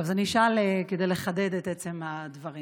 טוב, אז אני אשאל כדי לחדד את עצם הדברים.